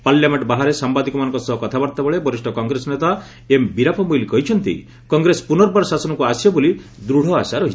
parliament ବାହାରେ ସାମ୍ବାଦିକମାନଙ୍କ ସହ କଥାବାର୍ତ୍ତାବେଳେ ବରିଷ୍ଠ କଂଗ୍ରେସ ନେତା ଏମ୍ ବିରାପ୍ସା ମୋଇଲି କହିଛନ୍ତି କଂଗ୍ରେସ ପୁନର୍ବାର ଶାସନକୁ ଆସିବ ବୋଲି ଦୂତ ଆଶା ରହିଛି